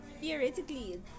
theoretically